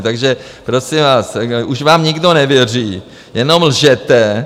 Takže, prosím vás, už vám nikdo nevěří, jenom lžete.